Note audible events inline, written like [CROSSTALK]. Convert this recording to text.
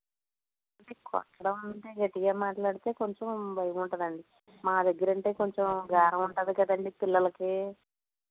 [UNINTELLIGIBLE] కొట్టడం అంటే గట్టిగా మాట్లాడితే కొంచెం భయం ఉంటుంది అండి మా దగ్గర అంటే కొంచెం గారాబం ఉంటాది కదా అండి పిల్లలకి